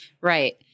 Right